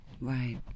Right